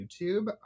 YouTube